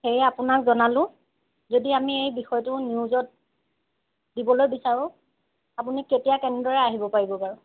সেয়ে আপোনাক জনালো যদি আমি এই বিষয়টো নিউজত দিবলৈ বিচাৰোঁ আপুনি কেতিয়া কেনেদৰে আহিব পাৰিব বাৰু